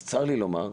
אז צר לי לומר,